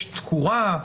יש תקורה,